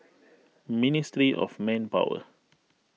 Ministry of Manpower